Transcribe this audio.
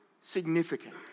significant